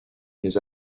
his